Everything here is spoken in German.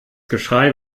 geschrei